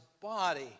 body